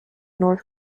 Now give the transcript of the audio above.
north